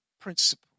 principle